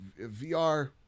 VR